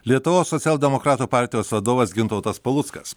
lietuvos socialdemokratų partijos vadovas gintautas paluckas